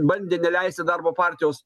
bandė neleisti darbo partijos